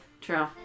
True